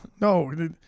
No